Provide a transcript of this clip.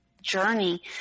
journey